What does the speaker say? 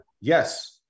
Yes